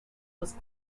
was